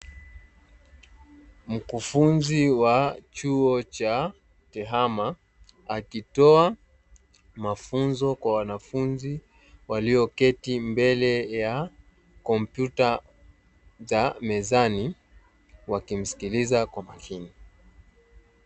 Mkufunzi wa chuo cha tehama akitoa mafunzo kwa wanafunzi walioketi mbele ya kompyuta za mezani wakimsikiliza kwa makini.